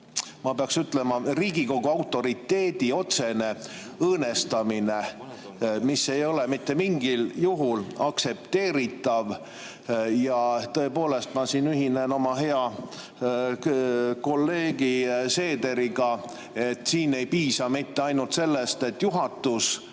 ma peaks ütlema, Riigikogu autoriteedi otsene õõnestamine, mis ei ole mitte mingil juhul aktsepteeritav. Ja tõepoolest, ma ühinen oma hea kolleegi Seederiga, et siin ei piisa mitte ainult sellest, et juhatus